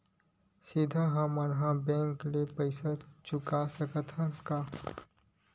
सीधा हम मन बैंक ले पईसा चुका सकत हन का?